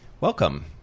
welcome